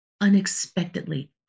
unexpectedly